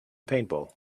paintball